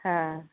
हं